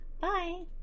Bye